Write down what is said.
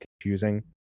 confusing